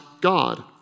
God